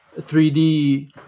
3D